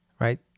Right